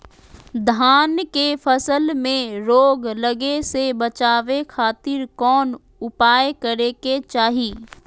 धान के फसल में रोग लगे से बचावे खातिर कौन उपाय करे के चाही?